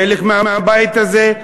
חלק מהבית הזה,